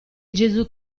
gesù